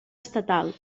estatal